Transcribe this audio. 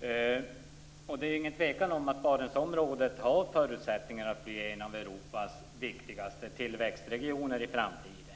Det är ingen tvekan om att Barentsområdet har förutsättningar att bli en av Europas viktigaste tillväxtregioner i framtiden.